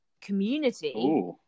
community